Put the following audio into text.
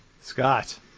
scott